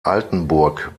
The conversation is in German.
altenburg